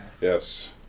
Yes